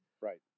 Right